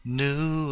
new